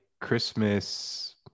Christmas